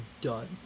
done